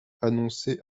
annonçait